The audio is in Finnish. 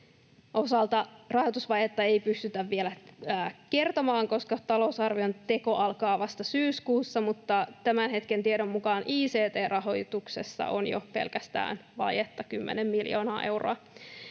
osalta rahoitusvajetta ei pystytä vielä kertomaan, koska talousarvion teko alkaa vasta syyskuussa, mutta tämän hetken tiedon mukaan ict-rahoituksessa pelkästään on jo vajetta kymmenen miljoonaa euroa.